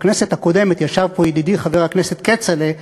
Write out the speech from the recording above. בכנסת הקודמת ישב פה ידידי חבר הכנסת כצל'ה,